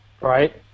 right